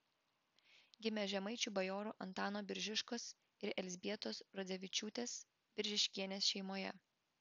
gimė žemaičių bajorų antano biržiškos ir elzbietos rodzevičiūtės biržiškienės šeimoje